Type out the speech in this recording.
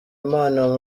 impano